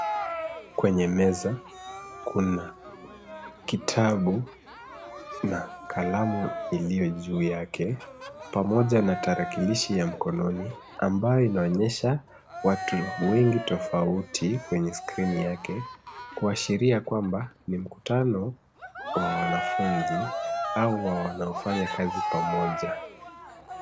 Kwenye meza kuna kitabu na kalamu iliyo juu yake pamoja na tarakilishi ya mkononi ambayo inaonyesha watu wengi tofauti kwenye skrini yake kuashiria kwamba mikutano kwa wanafunzi au wanaofanya kazi pamoja.